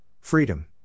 freedom